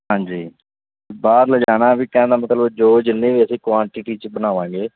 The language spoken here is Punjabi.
ਹਾਂਜੀ ਬਾਹਰ ਲਿਜਾਣਾ ਵੀ ਕਹਿਣ ਦਾ ਮਤਲਬ ਜੋ ਜਿੰਨੀ ਵੀ ਅਸੀਂ ਕੁਐਂਟਿਟੀ 'ਚ ਬਣਵਾਵਾਂਗੇ